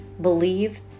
believe